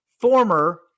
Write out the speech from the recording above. former